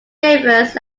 rivers